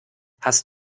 hast